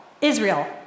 Israel